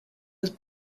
was